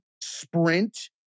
Sprint